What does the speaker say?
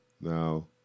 now